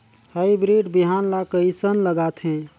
Hybrid बिहान ला कइसन लगाथे?